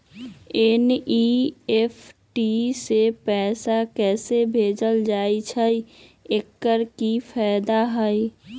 NEFT से पैसा कैसे भेजल जाइछइ? एकर की फायदा हई?